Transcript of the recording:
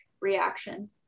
reaction